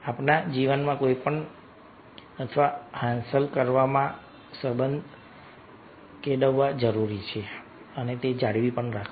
આપણા જીવનમાં કંઈપણ કરવા અથવા હાંસલ કરવા સંબંધ જાળવી રાખવો